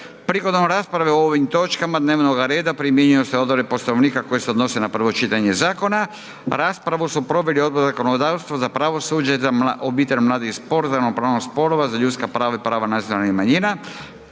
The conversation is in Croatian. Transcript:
Prigodom rasprave o ovim točkama dnevnoga reda primjenjuju se odredbe Poslovnika koje se odnose na prvo čitanje zakona. Raspravu su proveli Odbor za zakonodavstvo, za pravosuđe, za obitelj, mlade i sport, za ravnopravnost spolova, za ljudska prava i prava nacionalnih manjina.